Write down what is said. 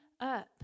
up